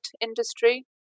industry